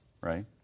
right